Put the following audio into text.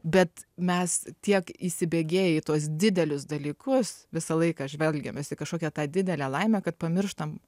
bet mes tiek įsibėgėję į tuos didelius dalykus visą laiką žvelgia visi kažkokią tą didelę laimę kad pamirštam